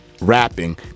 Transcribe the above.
rapping